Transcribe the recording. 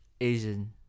Asian